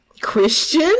Christian